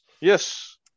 Yes